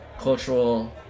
cultural